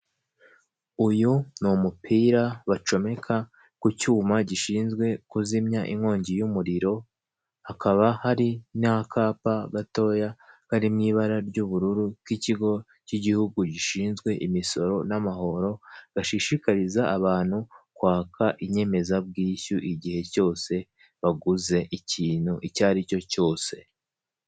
Uyu ni umupira bacomeka ku cyuma gishinzwe kuzimya inkongi y'umuriro, hakaba hari n'akapa gatoya kari mu ibara ry'ubururu, k'ikigo cy'igihugu gishinzwe imisoro n'amahoro, bashishikariza abantu kwaka inyemezabwishyu igihe cyose baguze ikintu icyo ari cyo cyose.